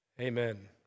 Amen